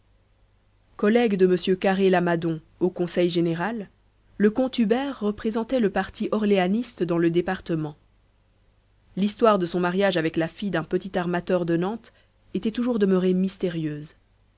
collègue de m carré lamadon au conseil général le comte hubert représentait le parti orléaniste dans le département l'histoire de son mariage avec la fille d'un petit armateur de nantes était toujours demeurée mystérieuse